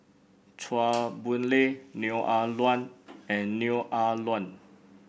Chua Boon Lay Neo Ah Luan and Neo Ah Luan